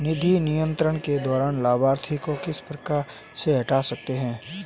निधि अंतरण के दौरान लाभार्थी को किस प्रकार से हटा सकते हैं?